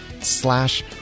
slash